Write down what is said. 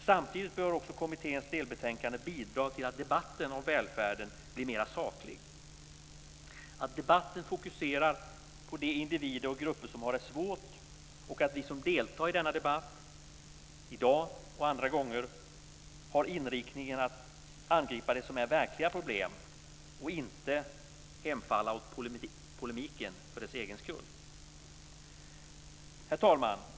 Samtidigt bör också kommitténs delbetänkande bidra till att debatten om välfärden blir mera saklig, att debatten fokuserar de individer och grupper som har det svårt och att vi som deltar i denna debatt i dag och andra gånger har inriktningen att angripa det som är verkliga problem och inte hemfaller åt polemiken för dess egen skull. Herr talman!